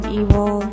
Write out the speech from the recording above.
evil